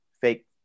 fake